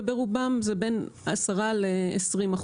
וברובם זה בין 10% ל-20%.